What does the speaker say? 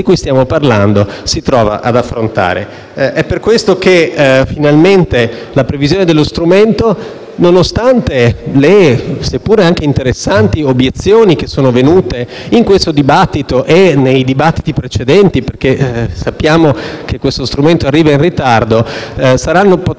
Per questo, finalmente, la previsione dello strumento, nonostante le seppur interessanti obiezioni che sono venute in questo dibattito e nei dibattiti precedenti - sappiamo che questo strumento arriva in ritardo - potrà